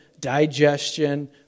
digestion